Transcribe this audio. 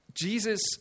Jesus